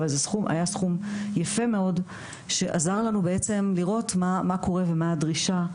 אבל זה היה סכום יפה מאוד שעזר לנו בעצם לראות מה קורה ומה הדרישה,